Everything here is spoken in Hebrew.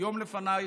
יום לפנייך,